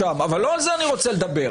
ביותר.